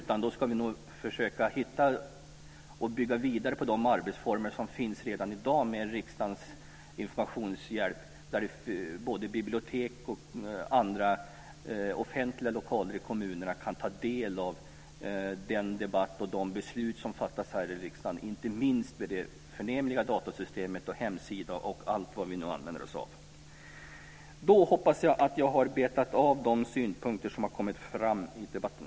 Vi ska nog i stället försöka bygga vidare på de arbetsformer som finns i dag med riksdagens informationshjälp där både bibliotek och andra offentliga lokaler i kommunerna kan ta del av debatterna och besluten. Det gäller inte minst det förnämliga datasystemet med hemsida osv. Jag hoppas att jag har betat av de synpunkter som har kommit fram i debatten.